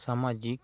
ᱥᱟᱢᱟᱡᱤᱠ